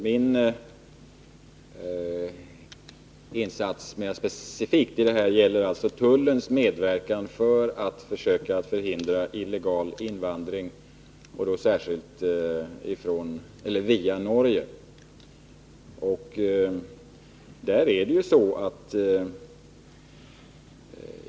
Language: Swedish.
Min insats mera specifikt gäller tullens medverkan för att försöka hindra illegal invandring, särskilt via Norge.